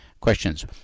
questions